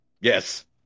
Yes